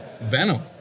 Venom